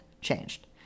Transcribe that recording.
changed